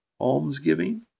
almsgiving